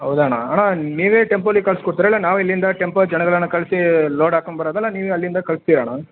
ಹೌದಾ ಅಣ್ಣ ಅಣ್ಣ ನೀವೇ ಟೆಂಪೊಲ್ಲಿ ಕಳ್ಸಿ ಕೊಡ್ತೀರೋ ಇಲ್ಲ ನಾವೇ ಇಲ್ಲಿಂದ ಟೆಂಪೋ ಜನಗಳನ್ನು ಕಳಿಸಿ ಲೋಡ್ ಹಾಕ್ಕೊಂಡು ಬರೋದೇ ಇಲ್ಲ ನೀವೇ ಅಲ್ಲಿಂದ ಕಳಿಸ್ತೀರೋ ಅಣ್ಣ